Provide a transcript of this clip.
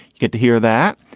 get to hear that.